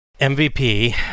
MVP